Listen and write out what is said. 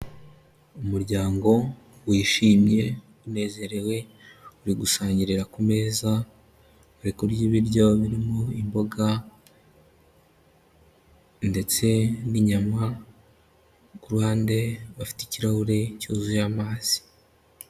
Umuryango wishimye, unezerewe uri gusangirira ku meza uri kurya ibiryo birimo imboga ndetse n'inyama, ku ruhande bafite ikirahure cyuzuye amazi.